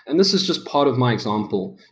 and this is just part of my example.